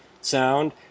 sound